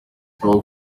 ubu